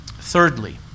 Thirdly